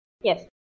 Yes